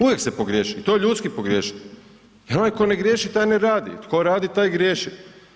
Uvijek se pogriješi i to je ljudski pogriješiti jer onaj koji ne griješi, taj ne radi, tko radi, taj i griješi.